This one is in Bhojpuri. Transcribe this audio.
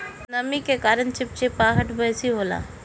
नमी के कारण चिपचिपाहट बेसी होला